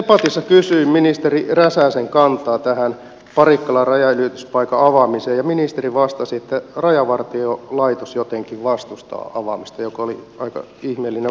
debatissa kysyin ministeri räsäsen kantaa tähän parikkalan rajanylityspaikan avaamiseen ja ministeri vastasi että rajavartiolaitos jotenkin vastustaa avaamista mikä oli aika ihmeellinen vastaus